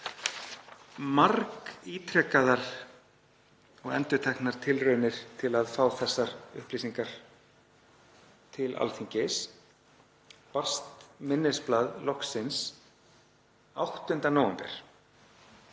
margítrekaðar og endurteknar tilraunir til að fá þessar upplýsingar til Alþingis barst minnisblað loksins 8. nóvember.